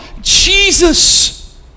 Jesus